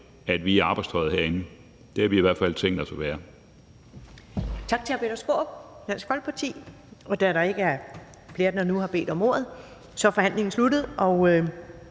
at vi er i arbejdstøjet herinde – det har vi i hvert fald tænkt os at være.